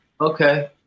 Okay